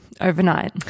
overnight